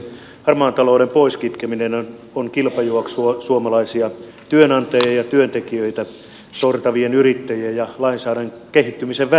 harmaan talouden poiskitkeminen on kilpajuoksua suomalaisia työnantajia ja työntekijöitä sortavien yrittäjien ja lainsäädännön kehittymisen välillä